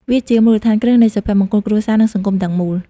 វាជាមូលដ្ឋានគ្រឹះនៃសុភមង្គលគ្រួសារ និងសង្គមទាំងមូល។